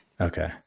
Okay